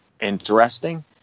interesting